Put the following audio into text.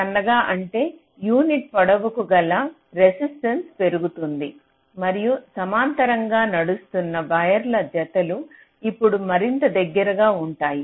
సన్నగా అంటే యూనిట్ పొడవుకు గల రెసిస్టెన్స్ పెరుగుతోంది మరియు సమాంతరంగా నడుస్తున్న వైర్ జతలు ఇప్పుడు మరింత దగ్గరగా ఉంటాయి